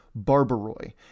Barbaroi